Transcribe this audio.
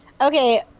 Okay